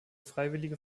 freiwillige